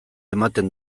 ematen